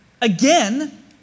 Again